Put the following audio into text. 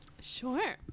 Sure